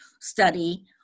study